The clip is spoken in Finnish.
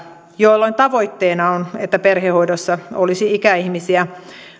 jolloin tavoitteena on että perhehoidossa olisi ikäihmisiä